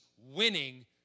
winning